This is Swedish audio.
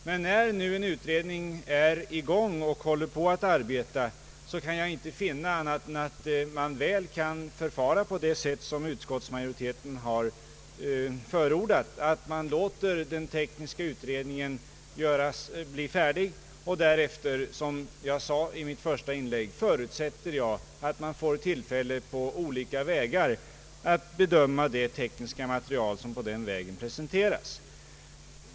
Men när nu en utredning arbetar med dessa frågor kan jag inte finna annat än att man mycket väl bör kunna förfara på det sätt som utskottsmajoriten förordat, nämligen att man låter den tekniska utredningen bli färdig. Därefter förutsätter jag — som jag sade i mitt första inlägg — att man får tillfälle att på olika sätt bedöma det tekniska material som presenteras den vägen.